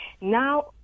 Now